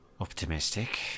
optimistic